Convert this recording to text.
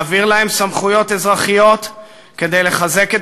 להעביר להם סמכויות אזרחיות כדי לחזק את